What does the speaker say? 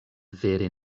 vere